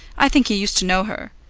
i think he used to know her.